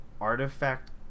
artifact